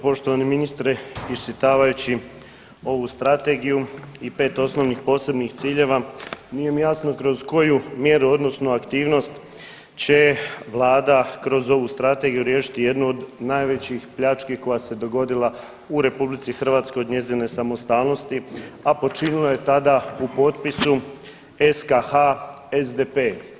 Poštovani ministre iščitavajući ovu strategiju i 5 osnovnih posebnih ciljeva nije mi jasno kroz koju mjeru odnosno aktivnost će Vlada kroz ovu strategiju riješiti jednu od najvećih pljački koja se dogodila u RH od njezine samostalnosti, a počinilo je tada u potpisu SKH SDP.